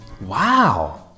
Wow